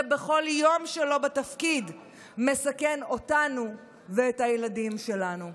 שבכל יום שלו בתפקיד מסכן אותנו ואת הילדים שלנו.